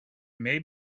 may